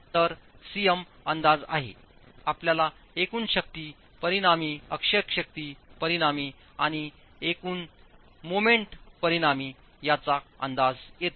तर Cm अंदाज आहेआपल्याला एकूण परिणामी शक्ती परिणामी अक्षीय शक्ती आणि एकूण परिणामी मोमेंट याचा अंदाज येतो